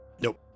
Nope